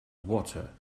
water